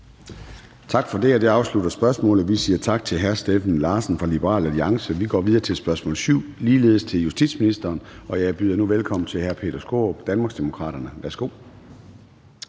Tak for det. Det afsluttede spørgsmålet. Vi siger tak til hr. Steffen Larsen fra Liberal Alliance. Vi går videre til spørgsmål nr. 7, som ligeledes er til justitsministeren. Og jeg byder nu velkommen til hr. Peter Skaarup, Danmarksdemokraterne. Kl.